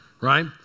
right